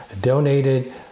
donated